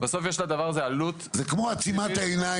יש הרבה גורמי